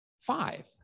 Five